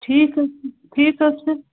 ٹھیٖک حظ چھُ ٹھیٖک حظ چھُ